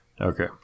Okay